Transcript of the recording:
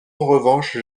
revanche